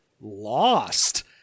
lost